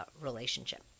relationship